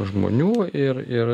žmonių ir ir